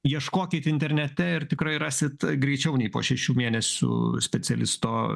ieškokit internete ir tikrai rasit greičiau nei po šešių mėnesių specialisto